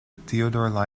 theodore